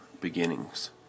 beginnings